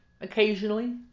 occasionally